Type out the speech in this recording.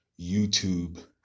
YouTube